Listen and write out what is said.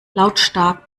lautstark